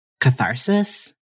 catharsis